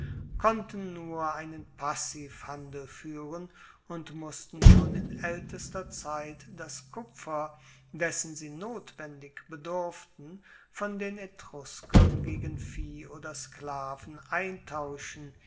konnten nur einen passivhandel fuehren und mussten schon in aeltester zeit das kupfer dessen sie notwendig bedurften von den etruskern gegen vieh oder sklaven eintauschen